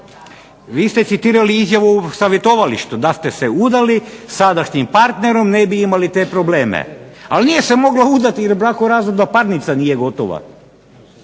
Vi ste citirali izjavu u savjetovalištu, da ste se udali sadašnji partnerom ne bi imali te probleme, ali nije se mogla udati jer brakorazvodna parnica nije gotova.